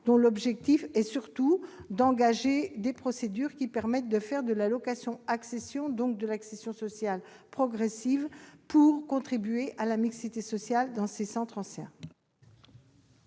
cet amendement est surtout d'engager des procédures permettant la location-accession, donc de l'accession sociale progressive, pour contribuer à la mixité sociale dans les centres anciens.